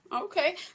Okay